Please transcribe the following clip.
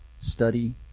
study